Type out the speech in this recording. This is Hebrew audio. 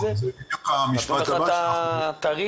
וראינו לנכון לאפשר להם להשתתף,